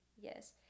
Yes